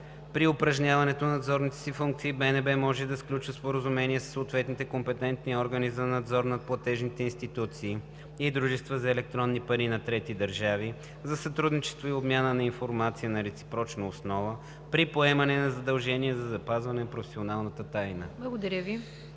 При упражняване на надзорните си функции БНБ може да сключва споразумения със съответните компетентни органи за надзор над платежни институции и дружества за електронни пари на трети държави за сътрудничество и обмяна на информация на реципрочна основа при поемане на задължение за запазване на професионалната тайна.“